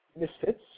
misfits